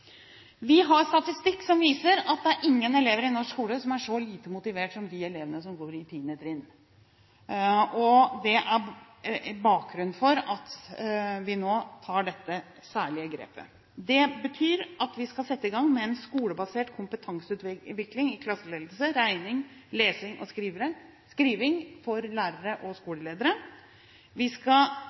Vi har statistikk som viser at det er ingen elever i norsk skole som er så lite motivert som de elevene som går i 10. trinn. Det er bakgrunnen for at vi nå tar dette særlige grepet. Det betyr at vi skal sette i gang med en skolebasert kompetanseutvikling i klasseledelse, regning, lesing og skriving for lærere og skoleledere. Vi skal